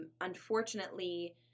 Unfortunately